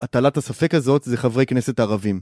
הטלת הספק הזאת זה חברי כנסת הערבים